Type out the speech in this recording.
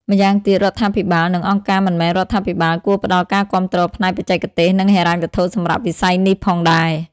ម្យ៉ាងទៀត រដ្ឋាភិបាល និងអង្គការមិនមែនរដ្ឋាភិបាលគួរផ្តល់ការគាំទ្រផ្នែកបច្ចេកទេស និងហិរញ្ញវត្ថុសម្រាប់វិស័យនេះផងដែរ។